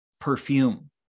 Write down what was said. perfume